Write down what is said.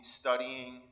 studying